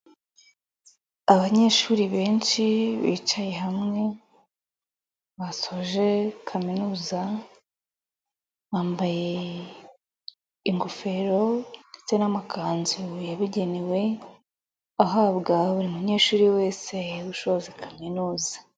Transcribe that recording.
Abanyeshuri benshi bicaye hamwe basoje kaminuza, bambaye ingofero ndetse n'amakanzu yabugenewe ahabwa buri munyeshuri wese ushoje kaminuza.